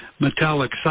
metallic